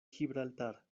gibraltar